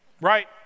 right